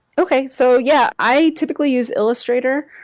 okay. so yeah, i typically use illustrator.